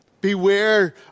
Beware